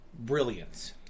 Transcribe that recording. brilliance